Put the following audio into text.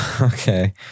Okay